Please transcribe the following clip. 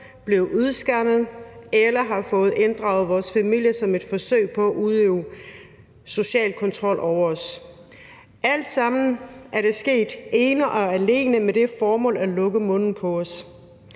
blevet udskammet eller har fået blandet vores familier ind i det som et forsøg på at udøve social kontrol over os. Det er alt sammen sket ene og alene med det formål at lukke munden på os.